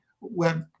web